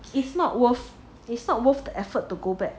it's not worth it's not worth the effort to go back